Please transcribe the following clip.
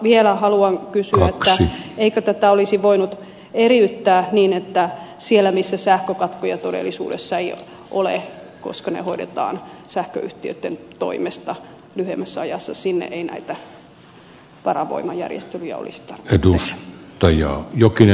vielä haluan kysyä eikö tätä olisi voinut eriyttää niin että sinne missä sähkökatkoja todellisuudessa ei ole koska ne hoidetaan sähköyhtiöitten toimesta lyhyemmässä ajassa ei näitä varavoimajärjestelyjä olisi tarvinnut tehdä